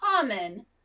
common